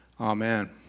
Amen